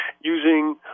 using